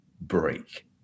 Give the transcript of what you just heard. break